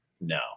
No